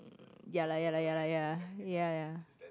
mm ya lah ya lah ya lah ya ya